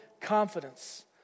confidence